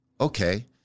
Okay